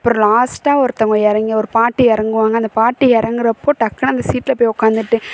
அப்புறம் லாஸ்ட்டாக ஒருத்தங்க இறங்கி ஒரு பாட்டி இறங்குவாங்க அந்த பாட்டி இறங்குறப்போ டக்குன்னு அந்த சீட்டில் போய் உக்காந்துட்டு